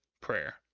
prayer